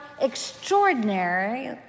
extraordinary